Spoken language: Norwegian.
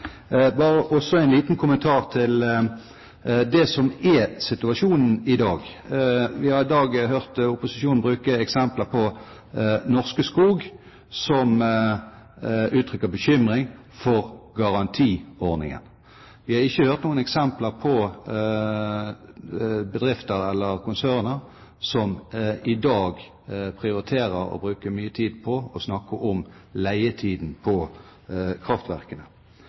Bare også en liten kommentar til det som er situasjonen i dag. Vi har i dag hørt opposisjonen bruke eksempler på Norske Skog som uttrykker bekymring for garantiordningen. Vi har ikke hørt noen eksempler på bedrifter eller konserner som i dag prioriterer å bruke mye tid på å snakke om leietiden på kraftverkene.